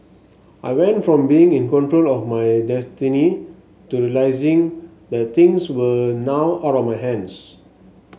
I went from being in control of my destiny to realising that things were now out of my hands